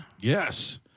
Yes